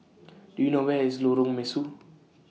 Do YOU know Where IS Lorong Mesu